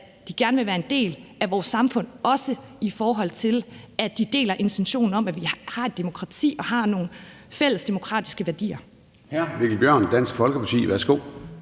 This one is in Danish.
at de gerne vil være en del af vores samfund, også i forhold til at de deler intentionen om, at vi har et demokrati og har nogle fælles demokratiske værdier.